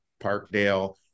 Parkdale